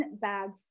bags